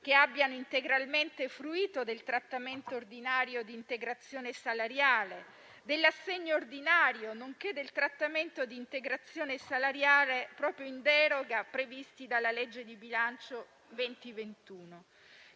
che abbiano integralmente fruito del trattamento ordinario di integrazione salariale, dell'assegno ordinario, nonché del trattamento di integrazione salariale in deroga, previsti dalla legge di bilancio